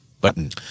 button